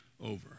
over